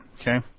Okay